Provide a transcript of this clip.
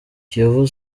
kiyovu